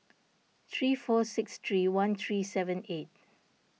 three four six three one three seven eight